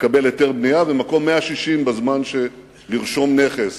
לקבל היתר בנייה, ומקום 160 בזמן שלוקח לרשום נכס.